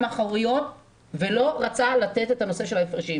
האחוריות ולא רצה לתת את הנושא של ההפרשים.